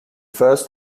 first